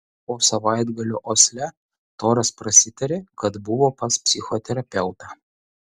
po savaitgalio osle toras prasitarė kad buvo pas psichoterapeutą